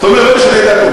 תודה.